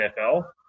NFL